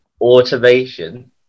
Automation